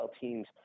teams